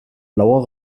blauer